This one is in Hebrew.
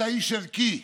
אתה איש ערכי,